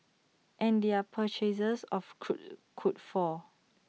and their purchases of crude could fall